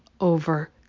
over